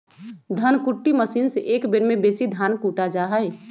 धन कुट्टी मशीन से एक बेर में बेशी धान कुटा जा हइ